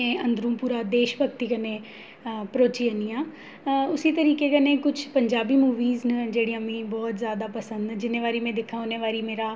में अंदरूं पूरा देशभक्ति कन्नै भरोची जन्नी आं उसी तरीके कन्नै किश पंजाबी मूवियां न जेह्ड़ियां मी बहुत जैदा पसंद न जिन्नी बारी में दिक्खां उन्नी बारी मेरा